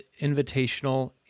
invitational